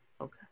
Okay